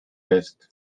eest